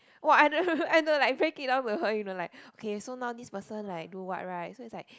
!wah! I don't know like break it down with her you know like okay so now this person like do what right so it's like